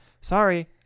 Sorry